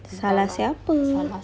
salah siapa